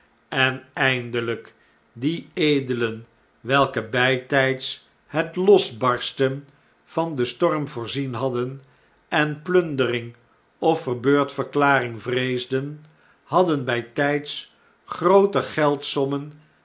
en eindeljjk die edelen welke bijtrjds het losbarsten van den storm voorzien hadden en plundering of verbeurdverklaring vreesden hadden bijtgds grooter